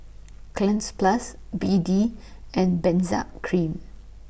Cleanz Plus B D and Benzac Cream